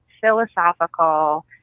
philosophical